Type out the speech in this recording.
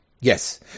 Yes